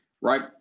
right